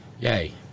Yay